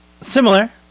Similar